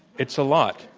it's a lot.